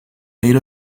made